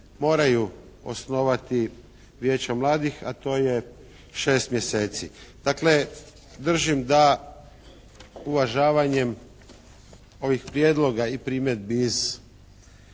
moraju osnovati Vijeća mladih, a to je 6 mjeseci. Dakle, držim da uvažavanjem ovih prijedloga i primjedbi